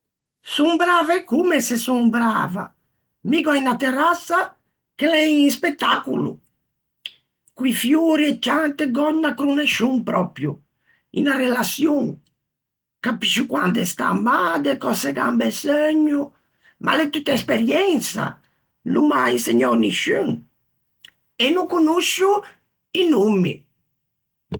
Son brava eccomme se son brava, mi gh'ò unna terrassa che o l'é un spettacolo! Co-i fiori e e ciante gh'ò unna connescion pròpio, unna relaçion: capisco quande stan mâ, de cöse gh'an beseugno, ma l'é tutta esperiensa, no m'à insegnou nisciun. E no conoscio i nommi.